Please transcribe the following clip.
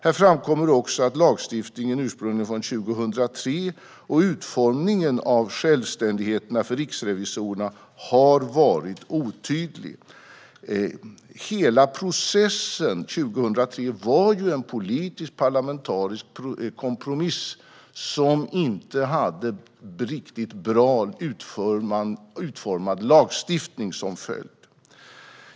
Här framkommer också att lagstiftningen, ursprungligen från 2003, och utformningen av självständigheten för riksrevisorerna har varit otydliga. Hela processen 2003 var en politisk parlamentarisk kompromiss som inte hade riktigt bra utformad lagstiftning som följd.